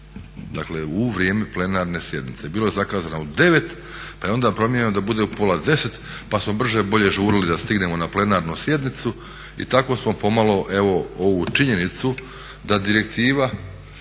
dakle u vrijeme plenarne sjednice. Bila je zakazana u 9 pa je onda promijenjeno da bude u pola 10, pa smo brže bolje žurili da stignemo na plenarnu sjednicu i tako smo pomalo evo ovu činjenicu da direktiva,